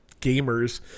gamers